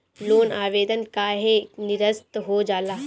Loan आवेदन काहे नीरस्त हो जाला?